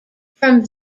from